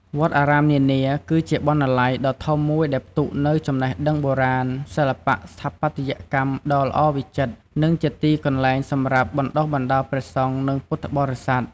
វត្តអារាមនានា គឺជាបណ្ណាល័យដ៏ធំមួយដែលផ្ទុកនូវចំណេះដឹងបុរាណ សិល្បៈស្ថាបត្យកម្មដ៏ល្អវិចិត្រ និងជាទីកន្លែងសម្រាប់បណ្ដុះបណ្ដាលព្រះសង្ឃ និងពុទ្ធបរិស័ទ។